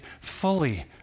fully